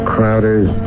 Crowders